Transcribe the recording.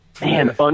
Man